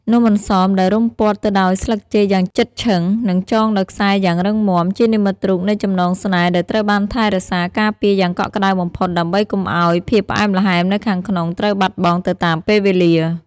នំអន្សមដែលរុំព័ទ្ធទៅដោយស្លឹកចេកយ៉ាងជិតឈឹង និងចងដោយខ្សែយ៉ាងរឹងមាំ ជានិមិត្តរូបនៃចំណងស្នេហ៍ដែលត្រូវបានថែរក្សាការពារយ៉ាងកក់ក្ដៅបំផុត ដើម្បីកុំឱ្យភាពផ្អែមល្ហែមនៅខាងក្នុងត្រូវបាត់បង់ទៅតាមពេលវេលា។